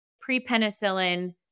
pre-penicillin